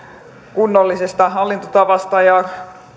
kunnollisesta hallintotavasta ja